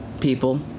people